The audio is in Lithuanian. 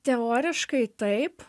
teoriškai taip